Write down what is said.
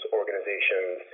organizations